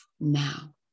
now